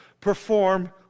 perform